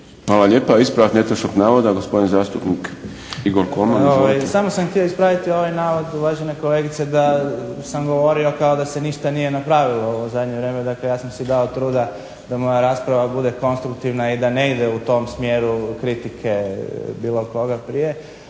Hvala lijepa. Ispravak netočnog navoda gospodin zastupnik Igor KOlman. **Kolman, Igor (HNS)** Samo sam htio ispraviti ovaj navod uvažene kolegici da sam govorio da se ništa nije napravilo u zadnje vrijeme, ja sam si dao truda da moja rasprava bude konstruktivna i da ne ide u tom smjeru kritike bilo koga prije.